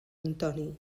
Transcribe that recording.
antoni